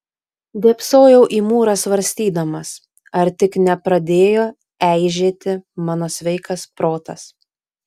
dėbsojau į mūrą svarstydamas ar tik nepradėjo eižėti mano sveikas protas